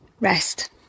Rest